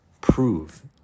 prove